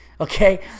Okay